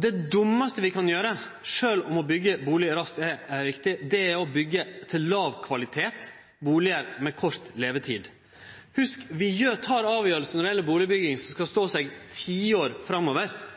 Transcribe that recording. Det dummaste ein kan gjere – sjølv om det å byggje bustader raskt, er viktig – er å byggje bustader med låg kvalitet og låg levetid. Når det gjeld bustadbygging, tek vi avgjerder som skal stå seg i tiår framover.